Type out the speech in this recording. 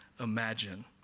imagine